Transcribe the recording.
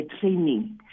training